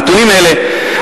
נתונים אלה,